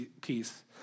peace